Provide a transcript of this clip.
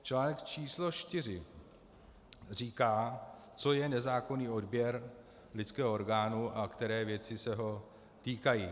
Článek číslo čtyři říká, co je nezákonný odběr lidského orgánu a které věci se ho týkají.